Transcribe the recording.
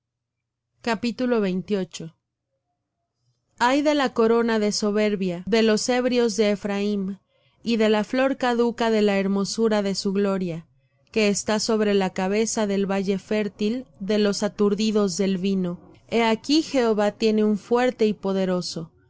jerusalem ay de la corona de soberbia de los ebrios de ephraim y de la flor caduca de la hermosura de su gloria que está sobre la cabeza del valle fértil de los aturdidos del vino he aquí jehová tiene un fuerte y poderoso